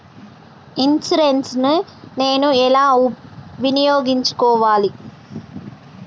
Insurance ని నేను ఎలా వినియోగించుకోవాలి?